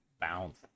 bounce